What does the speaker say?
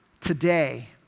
today